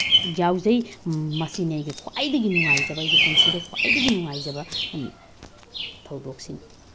ꯌꯥꯎꯖꯩ ꯃꯁꯤꯅꯤ ꯑꯩꯒꯤ ꯈ꯭ꯋꯥꯏꯗꯒꯤ ꯅꯨꯡꯉꯥꯏꯖꯕ ꯑꯩꯒꯤ ꯄꯨꯟꯁꯤꯗ ꯈ꯭ꯋꯥꯏꯗꯒꯤ ꯅꯨꯡꯉꯥꯏꯖꯕ ꯊꯧꯗꯣꯛꯁꯤꯡ